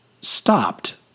stopped